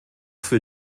für